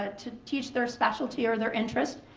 ah to teach their specialty or their interest.